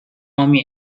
方面